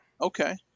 Okay